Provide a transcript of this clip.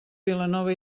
vilanova